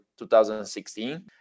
2016